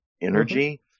energy